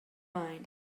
mine